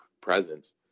presence